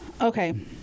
Okay